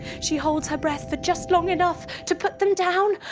she holds her breath for just long enough to put them down!